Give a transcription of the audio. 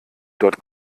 dort